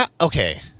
Okay